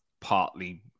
partly